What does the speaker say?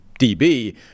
DB